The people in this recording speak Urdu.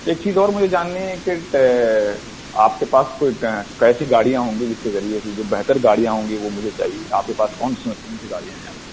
ایک چیز اور مجھے جاننی ہے کہ آپ کے پاس کوئی کیسی گاڑیاں ہوں گی جس کے ذریعے سے جو بہتر گاڑیاں ہوں گی وہ مجھے چاہیے آپ کے پاس کون سی گاڑیاں ہیں